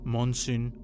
Monsoon